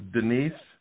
Denise